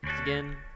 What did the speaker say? Again